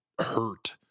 hurt